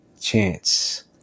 chance